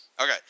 Okay